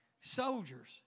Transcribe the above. soldiers